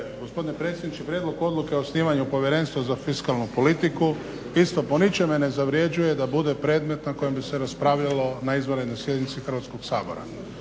gospodine predsjedniče, prijedlog odluke o osnivanju Povjerenstva za fiskalnu politiku isto po ničemu ne zavrjeđuje da bude predmet na kojem bi se raspravljalo na izvanrednoj sjednici Hrvatskog sabora.